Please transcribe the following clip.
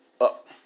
up